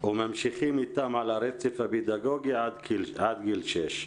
וממשיכים אתם על הרצף הפדגוגי עד גיל שש.